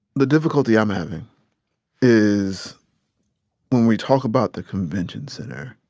the difficulty i'm having is when we talk about the convention center,